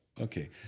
okay